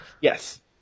Yes